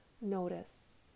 notice